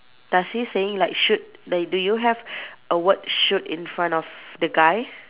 does he saying like shoot do do you have a word shoot in front of the guy